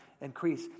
increase